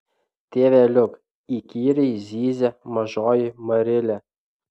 tėveliuk įkyriai zyzė mažoji marilė